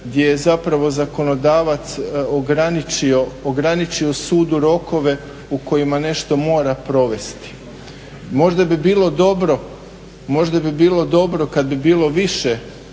gdje je zapravo poslodavac ograničio sudu rokove u kojima nešto mora provesti. Možda bi bilo dobro, možda bi bilo